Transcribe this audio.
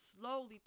slowly